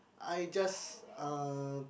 I just uh